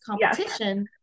competition